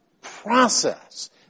process